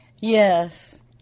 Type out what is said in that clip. Yes